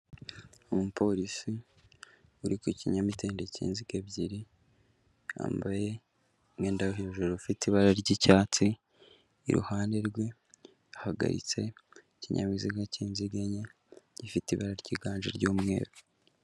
Umupolisi uri ku kinyamitende cy'inziga ebyiri, yambaye umwenda wo hejuru ufite ibara ry'icyatsi, iruhande rwe hahagaritse ikinyabiziga cy'inziga enye gifite ibara ryiganje ry'umweru.